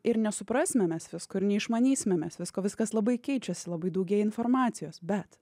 ir nesuprasime mes visko ir neišmanysime mes visko viskas labai keičiasi labai daugėja informacijos bet